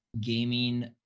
gaming